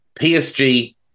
PSG